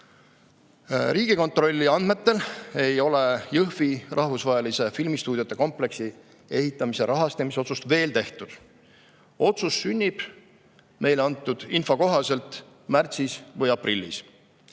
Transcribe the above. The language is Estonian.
Riigikontrolli andmetel ei ole Jõhvi rahvusvahelise filmistuudiote kompleksi ehitamise rahastamise otsust veel tehtud. Otsus sünnib meile antud info kohaselt märtsis või aprillis.